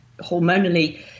hormonally